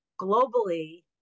globally